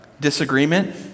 disagreement